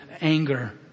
anger